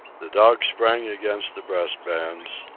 the dogs sprang against the breast-bands,